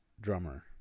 drummer